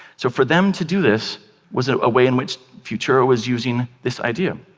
so for them to do this was a way in which futura was using this idea.